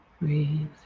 Breathe